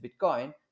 Bitcoin